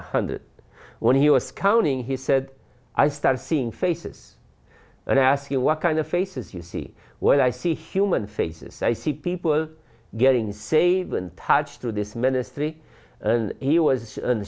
a hundred when he was counting he said i started seeing faces and ask you what kind of faces you see when i see human faces i see people getting saved and touched to this ministry he was